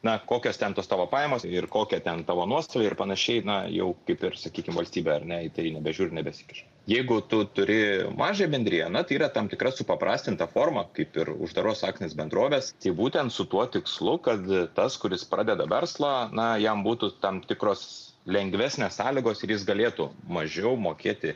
na kokios ten tos tavo pajamos ir kokie ten tavo nuostoliai ir panašiai na jau kaip ir sakykim valstybė ar ne į tai ne bežiūri nebesikiša jeigu tu turi mažąją bendriją na tai yra tam tikra supaprastinta forma kaip ir uždaros akcinės bendrovės tai būtent su tuo tikslu kad tas kuris pradeda verslą na jam būtų tam tikros lengvesnės sąlygos ir jis galėtų mažiau mokėti